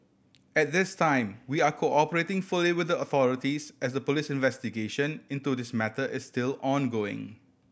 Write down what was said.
at this time we are cooperating fully with the authorities as a police investigation into this matter is still ongoing